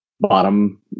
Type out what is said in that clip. bottom